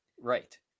Right